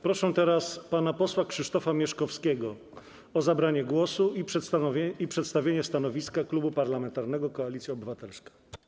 Proszę teraz pana posła Krzysztofa Mieszkowskiego o zabranie głosu i przedstawienie stanowiska Klubu Parlamentarnego Koalicja Obywatelska.